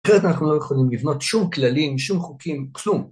אחרת אנחנו לא יכולים לבנות שום כללים, שום חוקים, כלום.